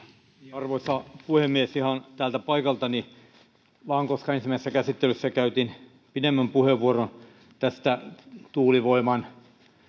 arvoisa puhemies puhun ihan täältä paikaltani vain koska ensimmäisessä käsittelyssä käytin pidemmän puheenvuoron tästä tuulivoiman